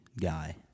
guy